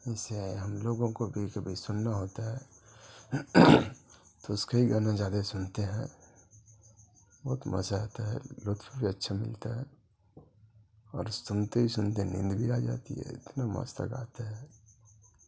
اسے ہم لوگوں کو بھی کبھی سننا ہوتا ہے تو اس کا ہی گانا زیادہ سنتے ہیں بہت مزہ آتا ہے لطف بھی اچھا ملتا ہے اور سنتے ہی سنتے نیند بھی آ جاتی ہے اتنا مست گاتا ہے